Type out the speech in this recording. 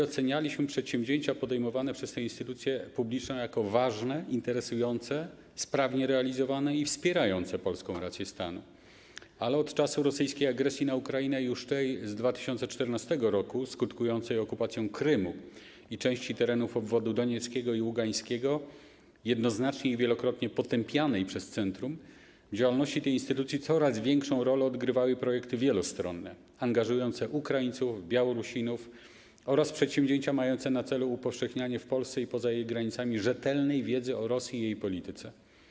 Ocenialiśmy przedsięwzięcia podejmowane przez tę instytucję publiczną jako ważne, interesujące, sprawnie realizowane i wspierające polską rację stanu, ale od czasu rosyjskiej agresji na Ukrainę z 2014 r., skutkującej okupacją Krymu i części terenów obwodów donieckiego i ługańskiego, jednoznacznie i wielokrotnie potępianej przez centrum, w działalności tej instytucji coraz większą rolę odgrywały projekty wielostronne, angażujące Ukraińców i Białorusinów, oraz przedsięwzięcia mające na celu upowszechnianie w Polsce i poza jej granicami rzetelnej wiedzy o Rosji i jej polityce.